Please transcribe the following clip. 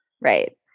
Right